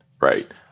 right